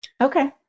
Okay